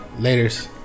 laters